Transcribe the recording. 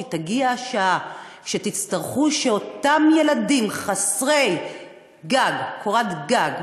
כי תגיע השעה שאותם ילדים חסרי קורת גג,